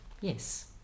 Yes